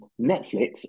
Netflix